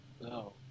no